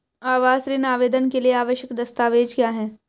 आवास ऋण आवेदन के लिए आवश्यक दस्तावेज़ क्या हैं?